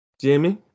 Jimmy